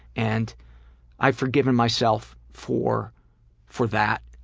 and i've forgiven myself for for that,